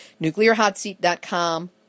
nuclearhotseat.com